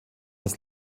als